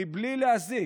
מבלי להזיק: